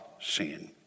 sin